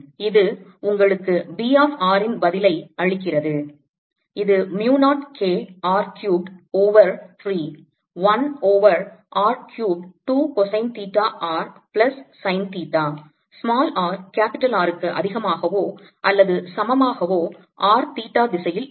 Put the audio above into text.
இது உங்களுக்கு B of r இன் பதிலை அளிக்கிறது இது mu 0 K R cubed over 3 1 over r cubed 2 cosine theta r plus sine theta r Rக்கு அதிகமாகவோ அல்லது சமமாகவோ r தீட்டா திசையில் இருக்கும்